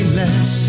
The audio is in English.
less